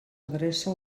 adreça